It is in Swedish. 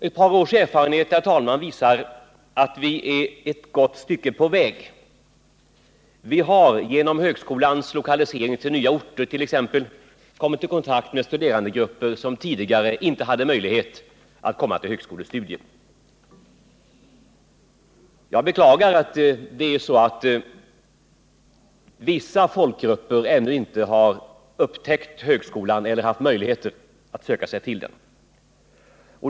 Ett par års erfarenhet, herr talman, visar att vi är ett gott stycke på väg. Vi har genom högskolans lokalisering till nya orter t.ex. kommit i kontakt med studerandegrupper, som tidigare inte hade möjlighet att söka sig till högskolestudier. Jag beklagar att vissa folkgrupper ännu inte har upptäckt högskolan eller haft möjligheter att söka sig till den.